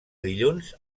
dilluns